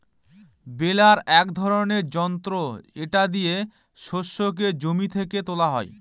বেলার এক ধরনের যন্ত্র এটা দিয়ে শস্যকে জমি থেকে তোলা হয়